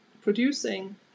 producing